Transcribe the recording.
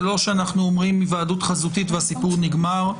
זה לא שאנחנו אומרים היוועדות חזותית והסיפור נגמר.